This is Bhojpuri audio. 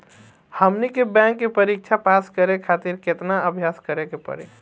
हमनी के बैंक के परीक्षा पास करे खातिर केतना अभ्यास करे के पड़ी?